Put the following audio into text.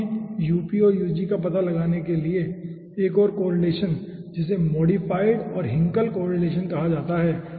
अपने और का पता लगाने के लिए एक और कोरिलेसन है जिसे मॉडिफाइड और हिंकल कोरिलेसन कहा जाता है